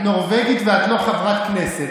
את נורבגית ואת לא חברת כנסת.